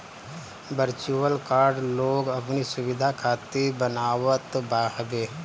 virtual card लोग अपनी सुविधा खातिर बनवावत हवे